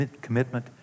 commitment